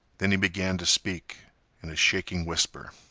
then he began to speak in a shaking whisper